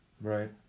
right